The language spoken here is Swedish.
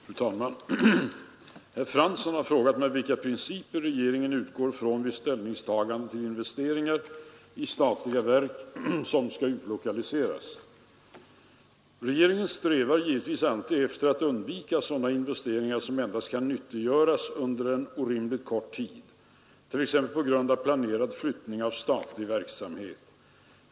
Fru talman! Herr Fransson har frågat mig vilka principer regeringen utgår från vid ställningstagande till investeringar i statliga verk som skall utlokaliseras. Regeringen strävar givetvis alltid efter att undvika sådana investeringar som endast kan nyttiggöras under en orimligt kort tid, t.ex. på grund av planerad flyttning av statlig verksamhet.